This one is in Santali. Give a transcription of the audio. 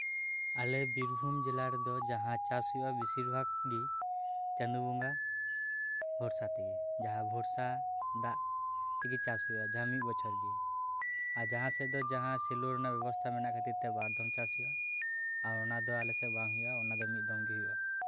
ᱟᱞᱮ ᱵᱤᱨᱵᱷᱩᱢ ᱡᱮᱞᱟ ᱨᱮᱫᱚ ᱡᱟᱦᱟᱸ ᱪᱟᱥ ᱦᱩᱭᱩᱜ ᱟ ᱵᱮᱥᱤᱨ ᱵᱷᱟᱜ ᱜᱤ ᱪᱟᱸᱫᱩ ᱵᱚᱸᱜᱟ ᱵᱚᱨᱥᱟ ᱛᱮᱜᱤ ᱡᱟᱦᱟᱸ ᱵᱚᱨᱥᱟ ᱫᱟᱜ ᱛᱤᱜᱤ ᱪᱟᱥ ᱦᱩᱭᱩᱜ ᱟ ᱡᱟᱦᱟᱸ ᱢᱤᱫ ᱵᱚᱪᱷᱚᱨ ᱜᱤ ᱟᱨ ᱡᱟᱦᱟᱸᱥᱮᱫ ᱫᱚ ᱡᱟᱦᱟᱸ ᱥᱮᱞᱚ ᱨᱤᱱᱟᱜ ᱵᱮᱵᱚᱥᱛᱟ ᱢᱮᱱᱟᱜ ᱠᱷᱟᱹᱛᱤᱨ ᱛᱮ ᱵᱟᱨᱫᱷᱟᱣ ᱪᱟᱥ ᱦᱩᱭᱩᱜ ᱟ ᱟᱨ ᱚᱱᱟ ᱫᱚ ᱟᱞᱮᱥᱮᱫ ᱵᱟᱝ ᱦᱩᱭᱩᱜ ᱟ ᱢᱤᱫ ᱫᱷᱚᱢ ᱜᱤ ᱦᱩᱭᱩᱜ ᱟ